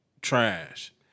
trash